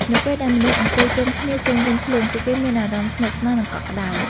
នៅពេលដែលមនុស្សអង្គុយជុំគ្នាជុំវិញភ្លើង ពួកគេមានអារម្មណ៍ស្និទ្ធស្នាល និងកក់ក្ដៅ។